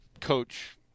coach